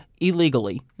illegally